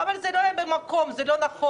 אבל זה לא היה במקום, זה לא נכון.